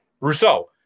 Rousseau